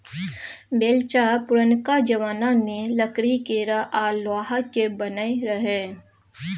बेलचा पुरनका जमाना मे लकड़ी केर आ लोहाक बनय रहय